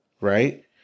Right